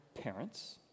parents